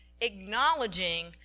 acknowledging